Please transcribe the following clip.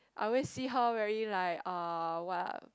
I always see her really like uh what